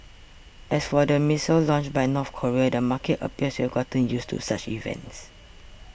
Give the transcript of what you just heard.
as for the missile launch by North Korea the market appears to have gotten used to such events